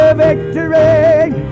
victory